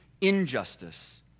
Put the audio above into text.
injustice